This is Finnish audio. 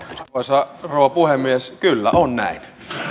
arvoisa rouva puhemies kyllä on näin